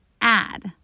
add